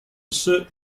assert